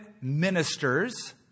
ministers